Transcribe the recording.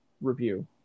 review